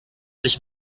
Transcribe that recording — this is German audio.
sich